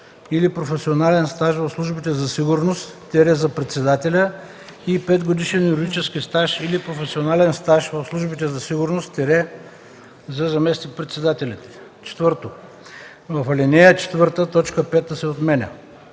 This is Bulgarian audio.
или професионален стаж в службите за сигурност – за председателя, и 5-годишен юридически стаж или професионален стаж в службите за сигурност – за заместник-председателите;” 4. В ал. 4 т. 5 се отменя.